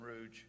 Rouge